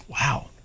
Wow